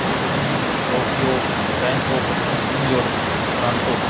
Sydney Tokyo Bangkok New York Toronto